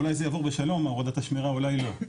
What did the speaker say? אולי זה יעבור בשלום הורדת השמירה אולי לא,